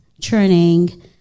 churning